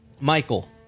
Michael